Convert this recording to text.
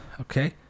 okay